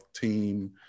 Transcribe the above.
team